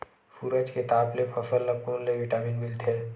सूरज के ताप ले फसल ल कोन ले विटामिन मिल थे?